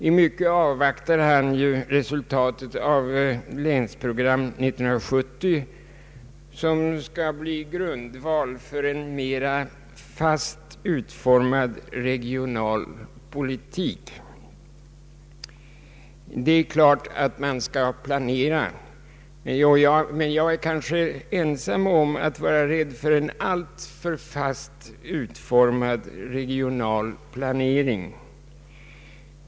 I mycket avvaktar han ju resultatet av Länsprogram 70, som skall bli grundval för en mera fast utformad regional politik. Man skall givetvis planera, men jag är kanske ensam om att vara rädd för en alltför fast utformad regional planering.